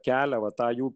keliamą tajų